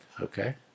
okay